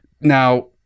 now